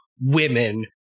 women